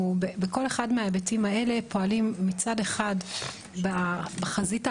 אנחנו מסתכלים גם על האזוריות,